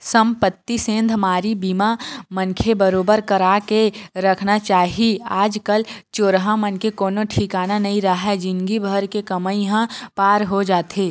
संपत्ति सेंधमारी बीमा मनखे बरोबर करा के रखना चाही आज कल चोरहा मन के कोनो ठिकाना नइ राहय जिनगी भर के कमई ह पार हो जाथे